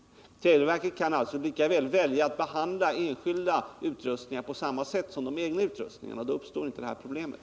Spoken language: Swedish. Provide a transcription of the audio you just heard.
Televerket kan alltså lika väl välja att behandla enskilda utrustningar på samma sätt som de egna utrustningarna. Då uppstår inte det här problemet.